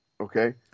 Okay